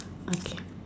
okay